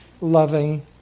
loving